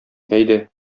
әйдә